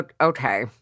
Okay